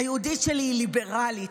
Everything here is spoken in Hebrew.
ה"יהודית" שלי היא ליברלית,